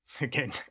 again